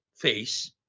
face